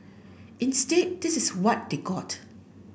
instead this is what they got